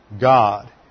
God